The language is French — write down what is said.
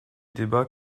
débats